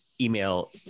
email